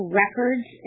records